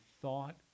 thought